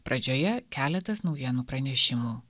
pradžioje keletas naujienų pranešimų